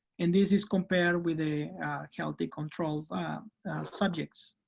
and this is compared with a healthy control subjects.